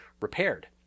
repaired